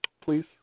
please